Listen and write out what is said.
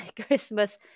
Christmas